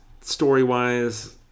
story-wise